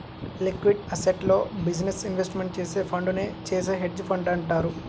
liquid అసెట్స్లో business investment చేసే ఫండునే చేసే హెడ్జ్ ఫండ్ అంటారు